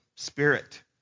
spirit